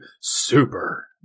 Super